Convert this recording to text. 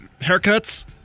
haircuts